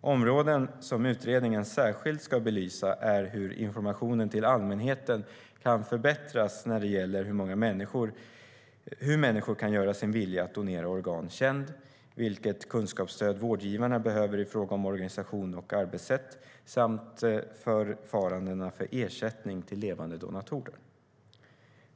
Områden som utredningen särskilt ska belysa är hur informationen till allmänheten kan förbättras när det gäller hur människor kan göra sin vilja att donera organ känd, vilket kunskapsstöd vårdgivarna behöver i fråga om organisation och arbetssätt samt förfarandena för ersättning till levande donatorer.